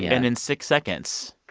and in six seconds,